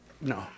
No